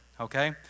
okay